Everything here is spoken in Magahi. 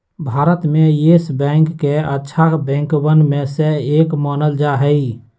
भारत में येस बैंक के अच्छा बैंकवन में से एक मानल जा हई